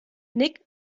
nick